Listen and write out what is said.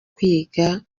kwiga